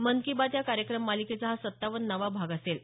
मन की बात या कार्यक्रम मालिकेचा हा सत्तावन्नावा भाग असेल